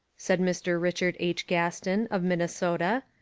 said mr, richard h. gaston, of min nesota,